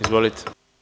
Izvolite.